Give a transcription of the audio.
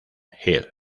gill